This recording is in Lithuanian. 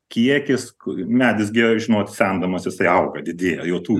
kiekis ku medis gi žinot semdamas jisai augą didėja jo tūris